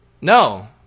No